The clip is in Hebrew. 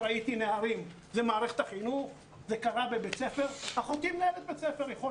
והחינוך המיוחד כולו